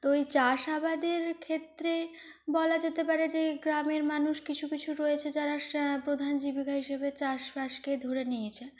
তো এই চাষাবাদের ক্ষেত্রে বলা যেতে পারে যে গ্রামের মানুষ কিছু কিছু রয়েছে যারা প্রধান জীবিকা হিসাবে চাষবাসকে ধরে নিয়েছে